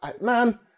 man